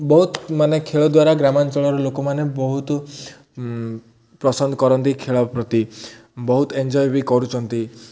ବହୁତ ମାନେ ଖେଳ ଦ୍ୱାରା ଗ୍ରାମାଞ୍ଚଳର ଲୋକମାନେ ବହୁତ ପସନ୍ଦ କରନ୍ତି ଖେଳ ପ୍ରତି ବହୁତ ଏନ୍ଜଏ୍ ବି କରୁଛନ୍ତି